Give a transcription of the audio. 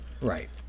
Right